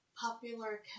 popular